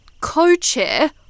Co-chair